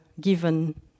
given